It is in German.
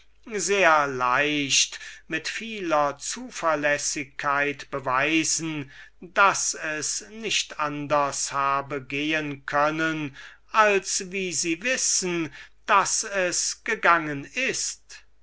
sehr leicht mit vieler zuverlässigkeit beweisen können daß es nicht anders habe gehen können als wie sie wissen daß es gegangen ist